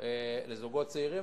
לזוגות צעירים,